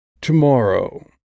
Tomorrow